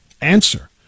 Answer